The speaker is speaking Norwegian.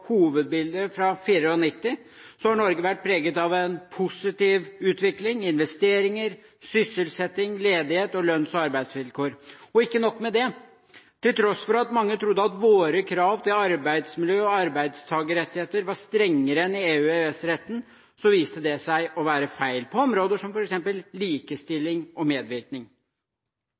hovedbildet fra 1994, har Norge vært preget av en positiv utvikling – investeringer, sysselsetting, ledighet og lønns- og arbeidsvilkår. Og ikke nok med det: Til tross for at mange trodde at våre krav til arbeidsmiljø og arbeidstakerrettigheter var strengere enn EU- og EØS-retten, viste det seg å være feil på områder som f.eks. likestilling og medvirkning.